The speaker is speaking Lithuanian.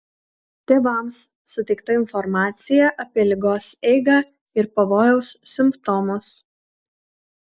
tėvams suteikta informacija apie ligos eigą ir pavojaus simptomus